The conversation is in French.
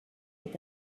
est